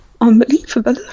unbelievable